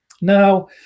Now